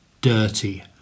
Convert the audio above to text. dirty